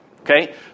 Okay